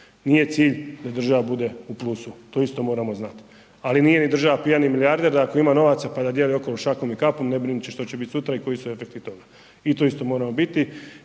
Nije cilj da država bude u plusu, to isto moramo znati, ali nije država pijani milijarder da ako ima novaca pa da dijeli okolo šakom i kapom ne brinući što će biti sutra i koji su efekti toga. I tu isto moramo biti